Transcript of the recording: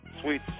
Sweet